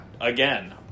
Again